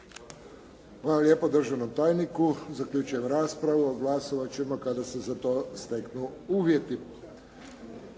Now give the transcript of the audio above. Hvala lijepo državnom tajniku. Zaključujem raspravu. Glasovat ćemo kada se za to steknu uvjeti.